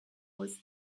was